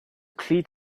cleat